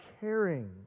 caring